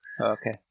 Okay